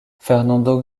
fernando